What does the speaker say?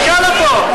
תשאל אותו.